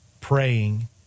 praying